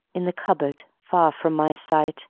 in the cupboard far from my sight